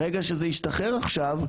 ברגע שזה השתחרר עכשיו,